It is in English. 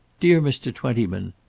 dear mr. twentyman,